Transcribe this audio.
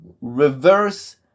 reverse